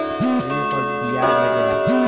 ऋण पर बियाज लगेला